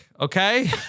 Okay